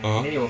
(uh huh)